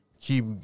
keep